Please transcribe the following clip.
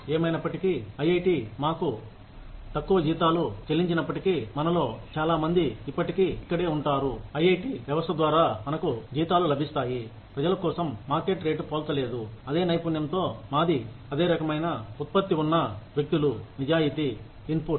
ఏమైనప్పటికీ ఐఐటి మాకు తక్కువ చెల్లించినప్పటికీ జీతాలు మనలో చాలామంది ఇప్పటికీ ఇక్కడే ఉంటారు ఐఐటి వ్యవస్థ ద్వారా మనకు జీతాలు లభిస్తాయి ప్రజల కోసం మార్కెట్ రేటు పోల్చలేదు అదే నైపుణ్యంతో మాది అదే రకమైన ఉత్పత్తి ఉన్న వ్యక్తులు నిజాయితీ ఇన్పుట్